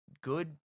good